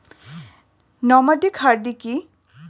Nomadic hardy কি?